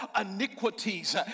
iniquities